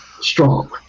strong